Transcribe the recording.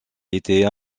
étaient